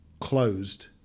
closed